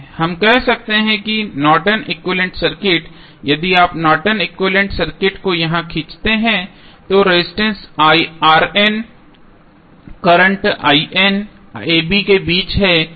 हम कह सकते हैं कि Norton equivalent circuit Nortons equivalent circuit यदि आप Norton equivalent circuit Nortons equivalent circuit को यहाँ खींचते हैं तो रेजिस्टेंस करंट a b के बीच है